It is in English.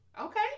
Okay